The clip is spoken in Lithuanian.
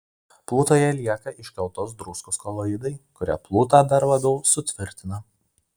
plutoje lieka iškeltos druskos koloidai kurie plutą dar labiau sutvirtina